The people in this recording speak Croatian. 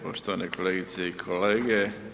Poštovane kolegice i kolege.